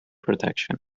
protection